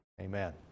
amen